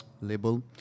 label